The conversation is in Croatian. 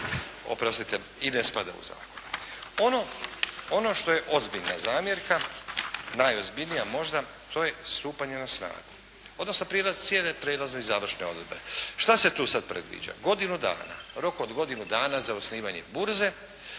napisano i ne spada u zakon. Ono što je ozbiljna zamjerka, najozbiljnija možda, to je stupanje na snagu, odnosno prijelaz cijene, prijedlozne i završne odredbe. Što se tu sada predviđa? Godinu dana, rok od godinu dana za osnivanje burze